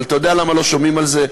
אבל אתה יודע למה לא שומעים על זה?